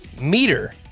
meter